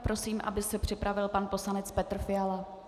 Prosím, aby se připravil pan poslanec Petr Fiala.